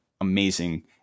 amazing